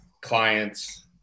clients